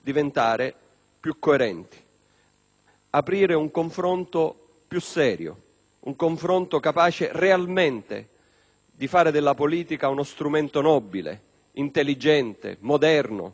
aprire un confronto più serio, capace realmente di fare della politica uno strumento nobile, intelligente, moderno, operativo, qualificato.